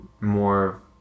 more